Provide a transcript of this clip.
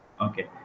Okay